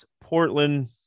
Portland